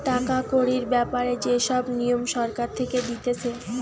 টাকা কড়ির ব্যাপারে যে সব নিয়ম সরকার থেকে দিতেছে